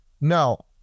Now